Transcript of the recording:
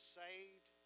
saved